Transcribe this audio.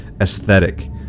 aesthetic